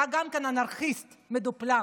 אתה גם אנרכיסט מדופלם.